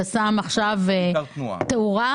אתה שם עכשיו תאורה?